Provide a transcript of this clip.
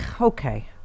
Okay